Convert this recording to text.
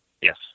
Yes